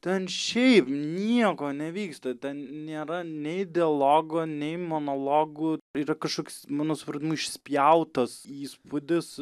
ten šiaip nieko nevyksta ten nėra nei dialogo nei monologų yra kažkoks mano supratimu išspjautas įspūdis